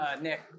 Nick